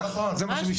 זה מה אתה